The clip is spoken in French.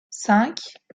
cinq